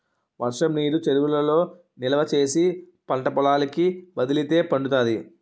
వర్షంనీరు చెరువులలో నిలవా చేసి పంటపొలాలకి వదిలితే పండుతాది